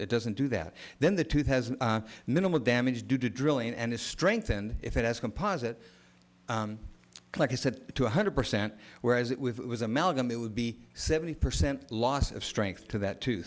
it doesn't do that then the two has minimal damage due to drilling and is strengthened if it has composite like i said to one hundred percent whereas it with was amalgam it would be seventy percent loss of strength to that too